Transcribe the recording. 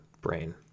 brain